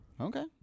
okay